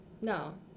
no